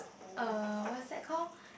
uh what's that called